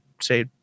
say